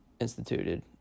instituted